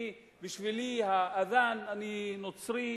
אני, בשבילי, האַזַאן, אני נוצרי,